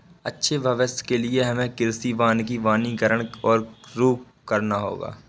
अच्छे भविष्य के लिए हमें कृषि वानिकी वनीकरण की और रुख करना होगा